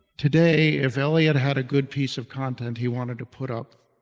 today, if elliott had a good piece of content he wanted to put up,